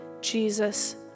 Jesus